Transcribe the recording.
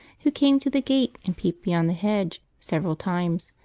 who came to the gate and peeped beyond the hedge several times,